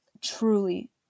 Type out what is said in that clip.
truly